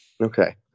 Okay